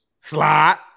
Slide